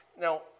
Now